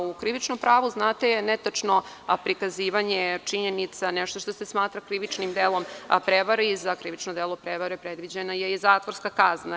U krivičnom pravu je ne tačno prikazivanje činjenica nešto što se smatra krivičnim delom, a za prevaru i za krivično delo prevare predviđena je i zatvorska kazna.